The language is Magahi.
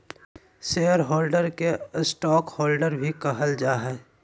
शेयर होल्डर के स्टॉकहोल्डर भी कहल जा हइ